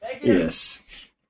Yes